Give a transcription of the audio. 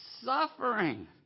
suffering